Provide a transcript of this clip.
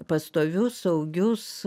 pastovius saugius